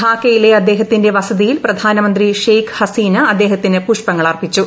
ധാക്കയിലെ അദ്ദേഹത്തിന്റെ വസതിയിൽ പ്രധാനമന്ത്രി ഷേഖ് ഹസീന അദ്ദേഹത്തിന് പുഷ്പങ്ങൾ അർപ്പിച്ചു